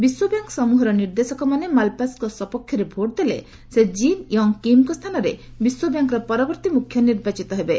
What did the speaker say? ବିଶ୍ୱବ୍ୟାଙ୍କ ସମ୍ଭହର ନିର୍ଦ୍ଦେଶକମାନେ ମାଲ୍ପାସ୍ଙ୍କ ସପକ୍ଷରେ ଭୋଟ୍ ଦେଲେ ସେ କିମ୍ ୟଙ୍ଗ୍ କିମ୍ଙ୍କ ସ୍ଥାନରେ ବିଶ୍ୱବ୍ୟାଙ୍କର ପରବର୍ତ୍ତୀ ମୁଖ୍ୟ ନିର୍ବାଚିତ ହେବେ